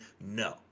no